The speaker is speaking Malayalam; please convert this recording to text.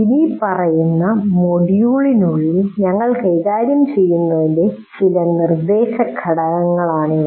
ഇനിപ്പറയുന്ന മൊഡ്യൂളിനുള്ളിൽ ഞങ്ങൾ കൈകാര്യം ചെയ്യുന്ന ചില നിർദ്ദേശഘടകങ്ങളാണിവ